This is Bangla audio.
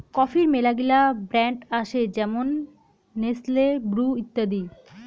কফির মেলাগিলা ব্র্যান্ড আসে যেমন নেসলে, ব্রু ইত্যাদি